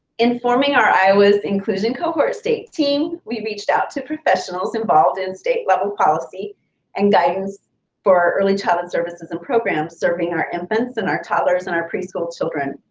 informing our iowa's inclusion cohort state team, we reached out to professionals involved in state level policy and guidance for our early childhood services and programs serving our infants and our toddlers and our pre-school children.